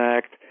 Act